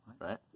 Right